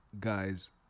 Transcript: guys